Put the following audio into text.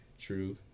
true